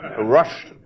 rushed